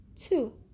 Two